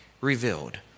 revealed